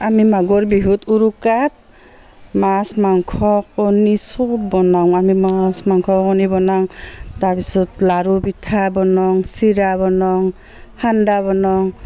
আমি মাঘৰ বিহুত উৰুকাত মাছ মাংস কণী চব বনাওঁ আমি মাছ মাংস কণী বনাওঁ তাৰপিছত লাড়ু পিঠা বনাওঁ চিৰা বনাওঁ সান্দা বনাওঁ